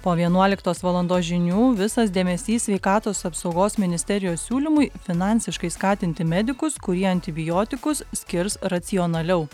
po vienuoliktos valandos žinių visas dėmesys sveikatos apsaugos ministerijos siūlymui finansiškai skatinti medikus kurie antibiotikus skirs racionaliau